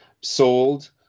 sold